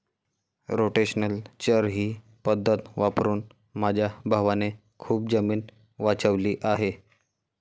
rotational चर ही पद्धत वापरून माझ्या भावाने खूप जमीन वाचवली आहे